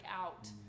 out